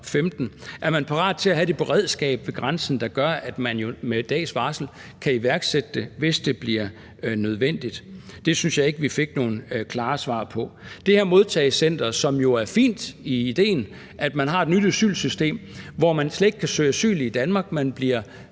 2015? Er man parat til at have det beredskab ved grænsen, der gør, at man med dags varsel kan iværksætte det, hvis det bliver nødvendigt? Det synes jeg ikke vi fik nogen klare svar på. Det her modtagecenter er jo en fin idé, altså det, at man har et nyt asylsystem, hvor man slet ikke kan søge asyl i Danmark, men får